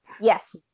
Yes